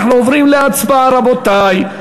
אנחנו עוברים להצבעה, רבותי.